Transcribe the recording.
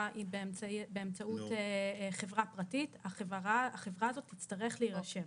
באמצעות חברה פרטית החברה הזאת תצטרך להירשם.